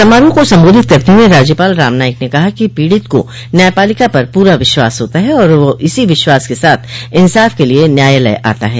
समारोह को संबोधित करते हुए राज्यपाल राम नाईक ने कहा कि पीड़ित को न्यायपालिका पर पूरा विश्वास होता है और वह इसी विश्वास के साथ इंसाफ के लिए न्यायालय आता है